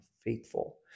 faithful